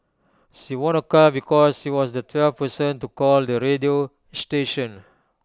she won A car because she was the twelfth person to call the radio station